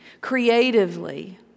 creatively